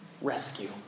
rescue